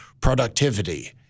productivity